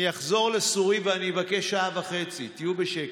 אני אחזור לסורי ואני אבקש שעה וחצי, תהיו בשקט.